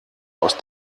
aus